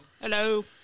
Hello